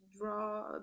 draw